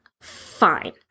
Fine